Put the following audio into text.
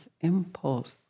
impulse